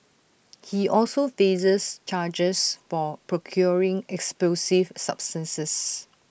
he also faces charges for procuring explosive substances